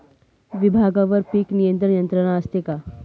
विभागवार पीक नियंत्रण यंत्रणा असते का?